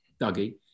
Dougie